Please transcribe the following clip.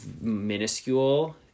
minuscule